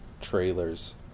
trailers